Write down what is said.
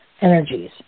energies